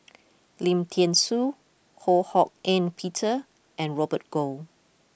Lim Thean Soo Ho Hak Ean Peter and Robert Goh